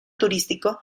turístico